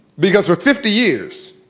because for fifty years